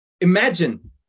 imagine